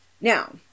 Now